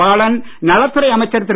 பாலன் நலத் துறை அமைச்சர் திரு